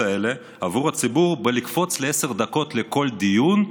האלה עבור הציבור בלקפוץ לעשר דקות לכל דיון,